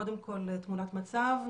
קודם כל תמונת מצב.